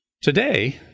Today